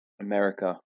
America